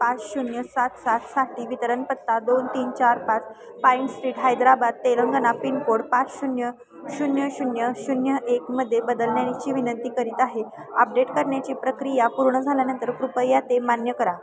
पाच शून्य सात सातसाठी वितरणपत्ता दोन तीन चार पाच pine street Hyderabad Telangana pin code पाच शून्य शून्य शून्य शून्य एकमध्ये बदलण्याची विनंती करीत आहे आपडेट करण्याची प्रक्रिया पूर्ण झाल्यानंतर कृपया ते मान्य करा